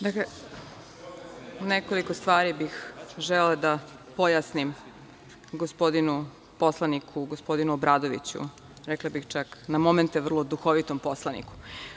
Dakle, nekoliko stvari bih želela da pojasnim, gospodinu Obradoviću, rekla bih čak na momente duhovitom poslaniku.